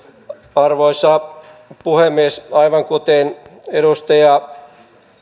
arvoisa puhemies aivan kuten edustaja